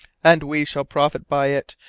and we shall profit by it,